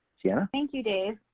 yeah thank you, dave.